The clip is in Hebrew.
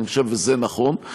וזה נכון.